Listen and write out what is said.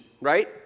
right